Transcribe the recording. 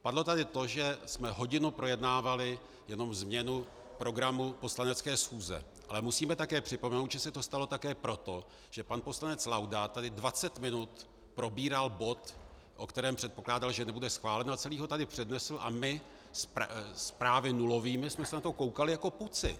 Padlo tady to, že jsme hodinu projednávali jenom změnu programu poslanecké schůze, ale musíme také připomenout, že se to stalo také proto, že pan poslanec Laudát tady dvacet minut probíral bod, o kterém předpokládal, že nebude schválen, a celý ho tady přednesl a my s právy nulovými jsme se na to koukali jako puci!